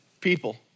people